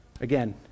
Again